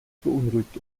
beunruhigt